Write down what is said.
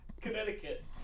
Connecticut